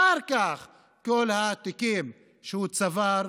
אחר כך כל התיקים שהוא צבר,